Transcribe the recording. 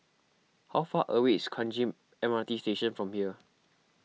how far away is Kranji M R T Station from here